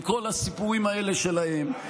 עם כל הסיפורים האלה שלהם,